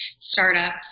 startup